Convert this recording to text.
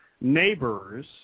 neighbors